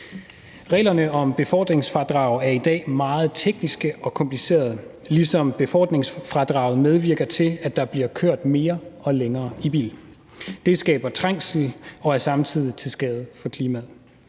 Reglerne om befordringsfradrag er i dag meget tekniske og komplicerede, ligesom befordringsfradraget medvirker til, at der bliver kørt mere og længere i bil. Det skaber trængsel og er samtidig til skade for klimaet.